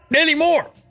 anymore